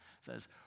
says